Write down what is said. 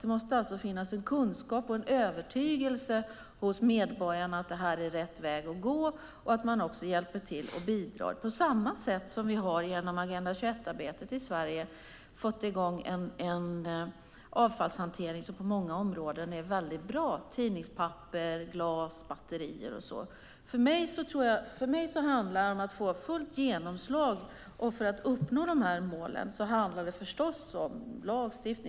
Det måste finnas en kunskap och övertygelse hos medborgarna att det är rätt väg att gå och hjälpa till att bidra. Det är på samma sätt som vi genom Agenda 21 har fått i gång en avfallshantering som på många områden är bra, till exempel tidningspapper, glas och batterier. För mig handlar det om att få fullt genomslag, och för att uppnå målen handlar det om lagstiftning.